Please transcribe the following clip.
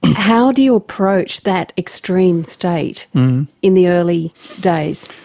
how do you approach that extreme state in the early days?